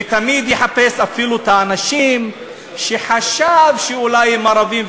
ותמיד יחפש אפילו את האנשים שחשב שאולי הם ערבים.